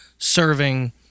serving